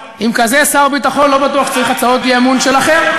עם כזה שר ביטחון לא בטוח שצריך הצעות אי-אמון שלכם.